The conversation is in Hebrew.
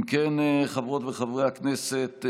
אם כן, חברות וחברי הכנסת,